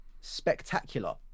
spectacular